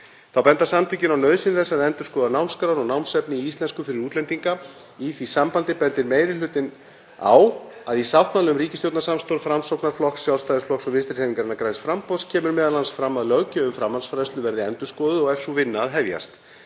Þá benda samtökin á nauðsyn þess að endurskoða námskrár og námsefni í íslensku fyrir útlendinga. Í því sambandi bendir meiri hlutinn á að í sáttmála um ríkisstjórnarsamstarf Framsóknarflokks, Sjálfstæðisflokks og Vinstrihreyfingarinnar – græns framboðs kemur m.a. fram að löggjöf um framhaldsfræðslu verði endurskoðuð og er sú vinna að hefjast.